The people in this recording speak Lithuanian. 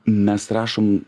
mes rašom